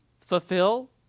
fulfill